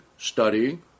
studying